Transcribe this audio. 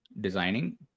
designing